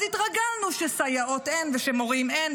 אז התרגלנו שסייעות אין ומורים אין,